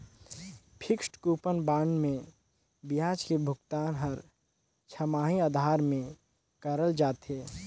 fixed coupon bond मे बियाज के भुगतान हर छमाही आधार में करल जाथे